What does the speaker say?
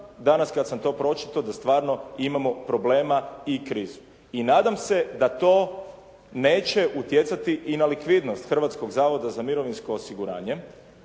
danas kad sam to pročitao da stvarno imamo problema i krizu. I nadam se da to neće utjecati i na likvidnost Hrvatskog zavoda za mirovinsko osiguranje.